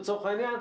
לצורך העניין,